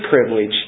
privilege